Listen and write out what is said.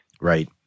Right